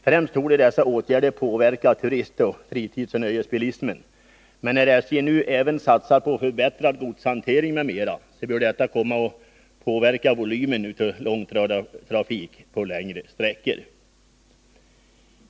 Främst torde dessa åtgärder påverka turistoch fritids/nöjesbilismen, men när SJ nu även satsar på förbättrad godshantering m.m. bör detta komma att påverka volymen av långtradartrafik på längre sträckor.